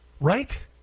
Right